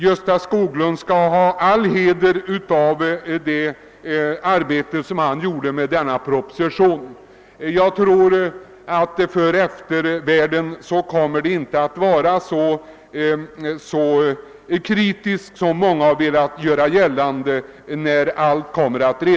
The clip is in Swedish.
Gösta Skoglund har all heder av denna proposition, och när allt kommer att redovisas tror jag inte att eftervärlden kommer att vara så kritisk som många har velat göra gällande.